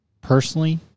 personally